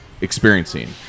experiencing